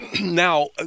Now